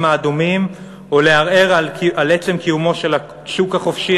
האדומים או לערער על עצם קיומו של השוק החופשי,